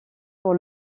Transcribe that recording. pour